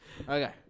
Okay